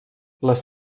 les